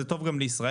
זה טוב גם לישראל.